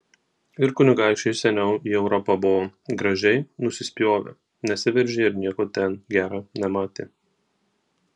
ir kunigaikščiai seniau į europą buvo gražiai nusispjovę nesiveržė ir nieko ten gera nematė